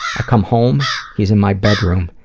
i come home. he's in my bedroom,